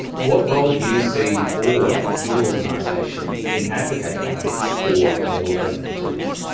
what role do you see for your organisation in advocating, i guess, for a more open internet?